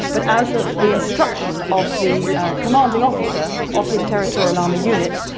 but out of the instruction of the commanding officer of his territorial army unit,